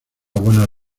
buena